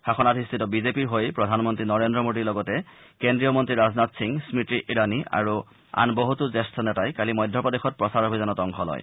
শাসনাধিষ্ঠিত বিজেপিৰ হৈ প্ৰধানমন্ত্ৰী নৰেন্দ্ৰ মোদীৰ লগতে কেন্দ্ৰীয় মন্ত্ৰী ৰাজনাথ সিং স্বতি ইৰাণী আৰু আন বহুতো জ্যেষ্ঠ নেতাই কালি মধ্যপ্ৰদেশত প্ৰচাৰ অভিযানত অংশ লয়